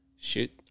shoot